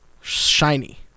shiny